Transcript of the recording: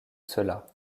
cela